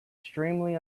extremely